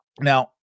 Now